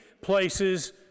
places